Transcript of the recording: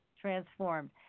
transformed